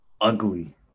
ugly